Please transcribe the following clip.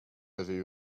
avez